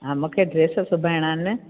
हा मूंखे ड्रेस सिबाइणा आहिनि